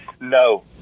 No